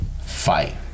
Fight